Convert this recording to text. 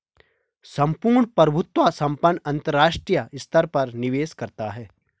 सम्पूर्ण प्रभुत्व संपन्न अंतरराष्ट्रीय स्तर पर निवेश करता है